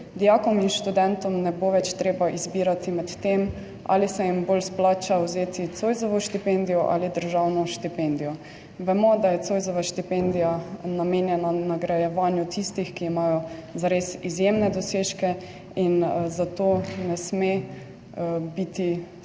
dijakom in študentom ne bo več treba izbirati med tem, ali se jim bolj splača vzeti Zoisovo štipendijo ali državno štipendijo. Vemo, da je Zoisova štipendija namenjena nagrajevanju tistih, ki imajo zares izjemne dosežke, in zato ne sme biti stvar